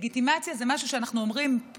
לגיטימציה זה משהו שאנחנו אומרים,